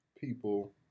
people